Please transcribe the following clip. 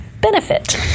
benefit